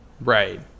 Right